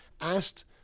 asked